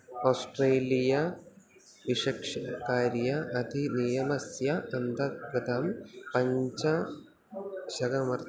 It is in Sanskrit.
ओस्ट्रेलिया विशक्ष कार्यः अतिनियमस्य अन्तर्गतं पञ्चशतं मर्च्